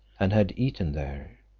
and had eaten there.